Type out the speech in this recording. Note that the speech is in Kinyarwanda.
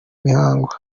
mihango